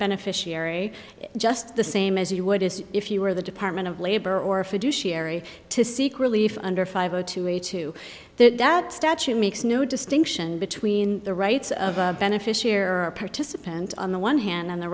beneficiary just the same as you would is if you were the department of labor or a fiduciary to seek relief under five zero to a two that statue makes no distinction between the rights of a beneficiary or a participant on the one hand and the